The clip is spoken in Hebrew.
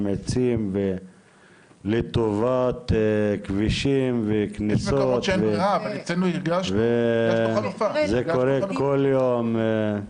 עצים לטובת כבישים וכניסות וזה קורה כל יום.